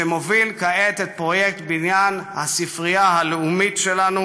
שמוביל כעת את פרויקט בניין הספרייה הלאומית שלנו,